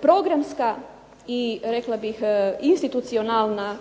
programska i institucionalna